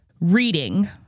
Reading